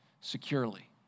securely